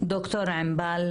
ד"ר ענבל